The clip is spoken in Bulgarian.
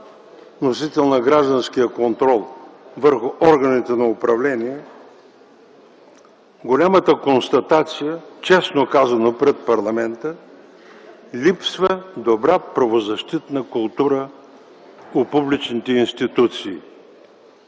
носител на гражданския контрол върху органите на управление, голямата констатация, честно казано пред парламента – липсва добра правозащитна култура у публичните институции.